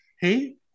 Hey